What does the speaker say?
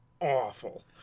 awful